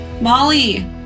molly